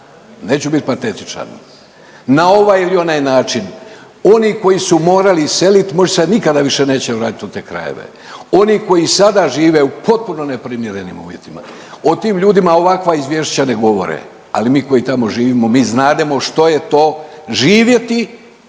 Neću bit patetičan na ovaj ili onaj način. Oni koji su morali iseliti možda se nikada više neće vratiti u te krajeve, oni koji sada žive u potpuno neprimjerenim uvjetima o tim ljudima ovakva izvješća ne govore, ali mi koji tamo živimo mi znademo što je to živjeti